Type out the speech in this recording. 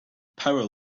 power